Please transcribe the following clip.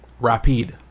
Rapide